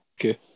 Okay